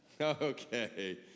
Okay